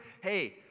Hey